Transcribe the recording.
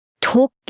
talk